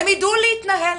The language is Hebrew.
הם ידעו להתנהל,